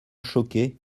choqué